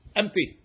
empty